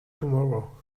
tomorrow